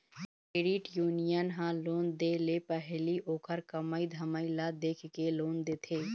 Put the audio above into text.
credit union ह loan दे ले पहिली ओखर कमई धमई ल देखके लोन देथे